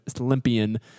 Olympian